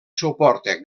suporta